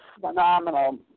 phenomenal